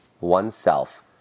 oneself